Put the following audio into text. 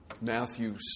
Matthew